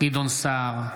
גדעון סער,